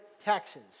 taxes